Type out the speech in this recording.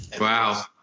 Wow